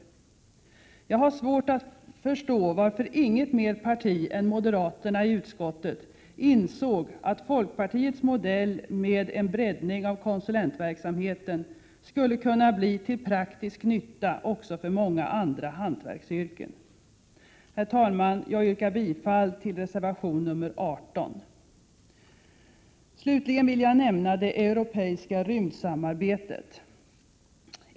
Jag har svårt att förstå varför inget mer parti än moderaterna i utskottet insåg att folkpartiets modell med en breddning av konsulentverksamheten skulle kunna bli till praktisk nytta också för många hantverksyrken. Herr talman! Jag yrkar bifall till reservation nr 18. Slutligen vill jag nämna det europeiska rymdsamarbetet.